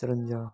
किचरनि जा